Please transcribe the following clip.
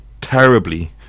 terribly